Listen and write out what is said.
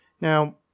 Now